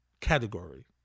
category